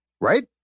right